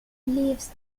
beliefs